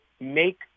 make